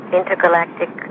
intergalactic